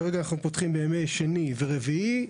כרגע אנחנו פותחים בימי שני ורביעי.